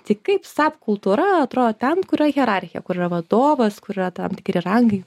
tai kaip sap kultūra atrodo ten kur yra hierarchija kur yra vadovas kur yra tam tikri rangai